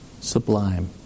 sublime